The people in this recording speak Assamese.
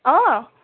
অঁ